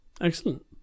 Excellent